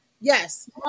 Yes